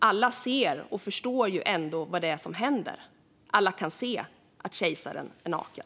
Alla ser och förstår ju ändå vad det är som händer. Alla kan se att kejsaren är naken.